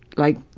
like,